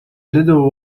little